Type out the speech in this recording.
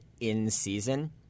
in-season